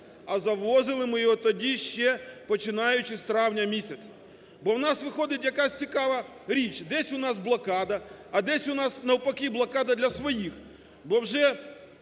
а завозили ми його тоді ще, починаючи з травня місяця. Бо в нас виходить якась цікава річ: десь у нас блокада, а десь у нас, навпаки, блокада для своїх.